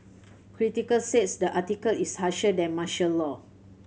critics says the article is harsher than martial law